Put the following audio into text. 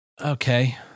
Okay